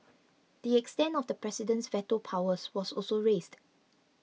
the extent of the president's veto powers was also raised